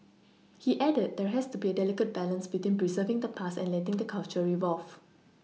he added there has to be a delicate balance between preserving the past and letting the culture evolve